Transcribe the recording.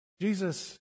Jesus